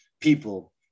people